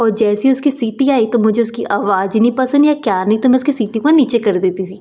और जैसी उसकी सिटी आई तो मुझे उसकी आवाज़ नहीं पसंद आई क्या नहीं तो मैं उसके सिटी को नीचे कर देती थी